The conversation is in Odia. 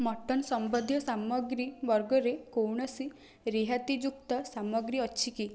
ମଟନ୍ ସମ୍ବନ୍ଧୀୟ ସାମଗ୍ରୀ ବର୍ଗରେ କୌଣସି ରିହାତିଯୁକ୍ତ ସାମଗ୍ରୀ ଅଛି କି